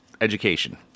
education